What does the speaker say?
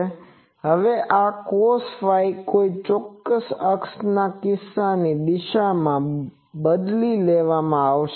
હવે આ cosϕ કોઈ ચોક્કસ અક્ષના કિસ્સામાં બદલી લેવામાં આવશે